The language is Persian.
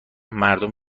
مردم